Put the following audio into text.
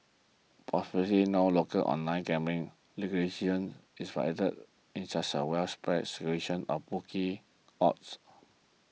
possibly no local online gambling is violated with such widespread circulation of bookie odds